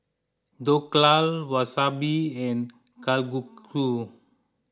Dhokla Wasabi and Kalguksu